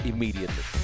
Immediately